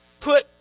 put